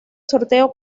sorteo